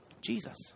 Jesus